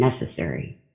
necessary